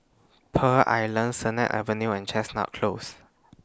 Pearl Island Sennett Avenue and Chestnut Close